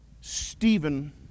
Stephen